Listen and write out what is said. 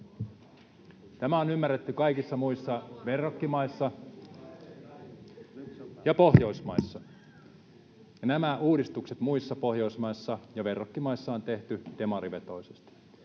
Tämä on ymmärretty kaikissa muissa verrokkimaissa ja Pohjoismaissa. Ja nämä uudistukset muissa Pohjoismaissa ja verrokkimaissa on tehty demarivetoisesti.